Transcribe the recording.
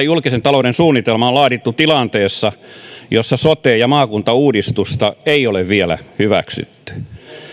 julkisen talouden suunnitelma on laadittu tilanteessa jossa sote ja maakuntauudistusta ei ole vielä hyväksytty